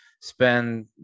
spend